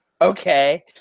Okay